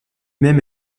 même